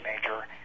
major